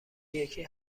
یکی